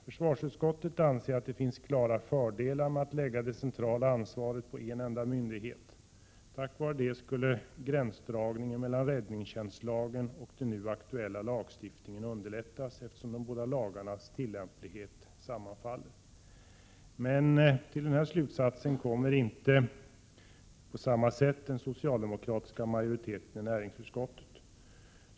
Försvarsutskottet anser att det finns klara fördelar med att lägga det centrala ansvaret på en enda myndighet. På det sättet skulle gränsdragningen mellan räddningstjänstlagen och den nu aktuella lagstiftningen underlättas, eftersom de båda lagarnas tillämplighet sammanfaller. Men till denna slutsats kommer inte den socialdemokratiska majoriteten i näringsutskottet.